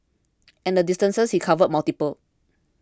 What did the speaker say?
and the distances he covered multiplied